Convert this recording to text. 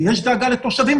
ויש דאגה לתושבים,